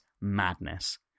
madness